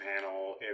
panel